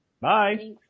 Bye